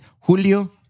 Julio